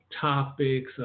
topics